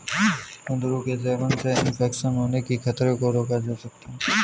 कुंदरू के सेवन से इन्फेक्शन होने के खतरे को रोका जा सकता है